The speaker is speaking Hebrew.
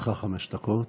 לרשותך חמש דקות.